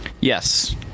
Yes